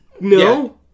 No